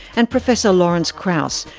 and professor lawrence krauss,